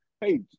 hey